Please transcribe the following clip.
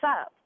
up